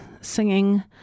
singing